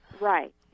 Right